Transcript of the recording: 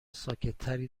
ساکتتری